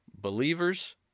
Believers